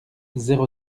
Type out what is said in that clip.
zéro